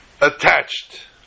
attached